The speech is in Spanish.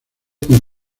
con